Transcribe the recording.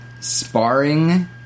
sparring